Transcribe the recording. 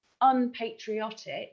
unpatriotic